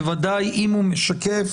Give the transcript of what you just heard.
בוודאי אם הוא משקף